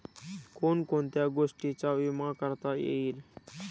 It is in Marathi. कोण कोणत्या गोष्टींचा विमा करता येईल?